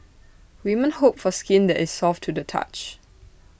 women hope for skin that is soft to the touch